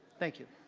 thank you.